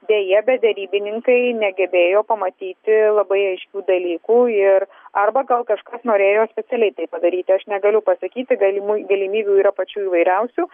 deja bet derybininkai negebėjo pamatyti labai aiškių dalykų ir arba gal kažkas norėjo specialiai tai padaryti aš negaliu pasakyti galimų galimybių yra pačių įvairiausių